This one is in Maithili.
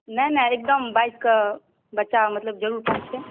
नहि नहि एकदम बाइसकेँ बच्चा मतलब जरूर पहुँचतै